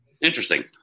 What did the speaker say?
Interesting